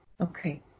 Okay